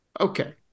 Okay